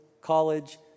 college